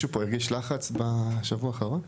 מישהו פה הרגיש לחץ בשבוע האחרון?